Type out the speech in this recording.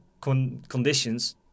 conditions